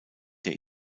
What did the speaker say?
der